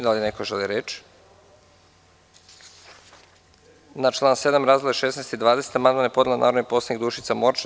Da li neko želi reč? (Ne.) Na član 7. razdele 16 i 20 amandman je podnela narodni poslanik Dušica Morčev.